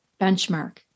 benchmark